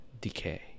decay